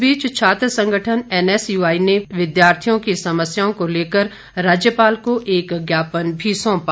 इस बीच छात्र संगठन एनएसयूआई ने विद्यार्थियों की समस्याओं को लेकर राज्यपाल को एक ज्ञापन भी सौंपा